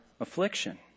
affliction